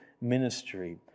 ministry